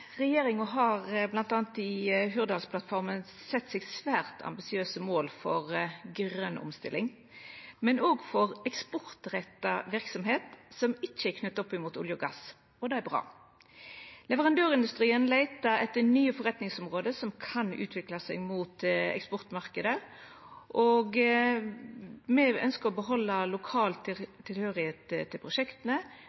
Regjeringa har bl.a. i Hurdalsplattforma sett seg svært ambisiøse mål for grøn omstilling, men òg for eksportretta verksemd som ikkje er knytt opp mot olje og gass, og det er bra. Leverandørindustrien leitar etter nye forretningsområde som kan utviklast mot eksportmarknaden. Me ønskjer å behalda lokal tilhøyring til